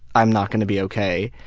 i'm not gonna be okay.